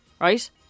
Right